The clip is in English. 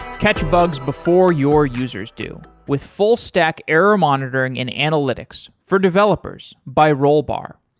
catch bugs before your users do with full stack error monitoring in analytics, for developers, by rollbar.